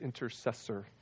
intercessor